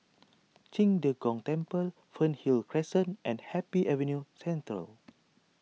Qing De Gong Temple Fernhill Crescent and Happy Avenue Central